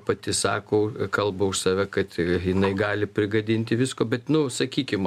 pati sako kalba už save kad jinai gali prigadinti visko bet nu sakykim